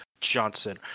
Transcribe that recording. Johnson